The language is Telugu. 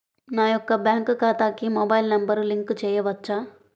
నా యొక్క బ్యాంక్ ఖాతాకి మొబైల్ నంబర్ లింక్ చేయవచ్చా?